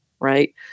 right